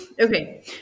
Okay